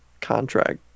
contract